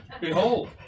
Behold